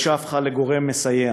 והאישה הפכה לגורם מסייע,